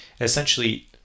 Essentially